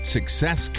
Success